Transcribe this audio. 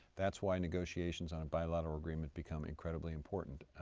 that's why negotiations on a bilateral agreement become incredibly important.